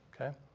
Okay